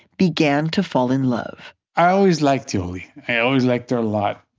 began to fall in love i always liked yoli. i always liked her a lot